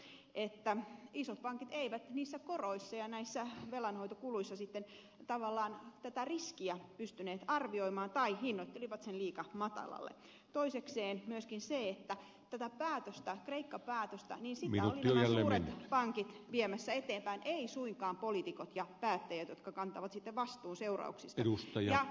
yksi oli se että isot pankit eivät niissä koroissa ja näissä velanhoitokuluissa tavallaan tätä riskiä pystyneet arvioimaan tai hinnoittelivat sen liian matalalle toisekseen myöskin se että tätä kreikka päätöstä olivat nämä suuret pankit viemässä eteenpäin eivät suinkaan poliitikot ja päättäjät jotka kantavat seurauksista vastuun